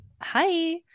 Hi